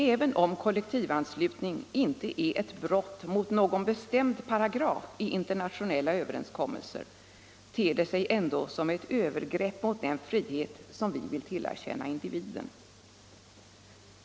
Även om kollektivanslutning inte är ett brott mot någon bestämd paragraf i internationella överenskommelser, ter den sig ändå som ett övergrepp mot den frihet som vi vill tillerkänna individen.